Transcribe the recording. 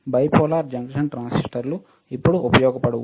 bipolar junction ట్రాన్సిస్టర్లు ఇప్పుడు ఉపయోగపడవు